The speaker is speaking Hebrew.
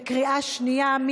בקריאה שנייה.